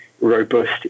robust